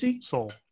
soul